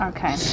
Okay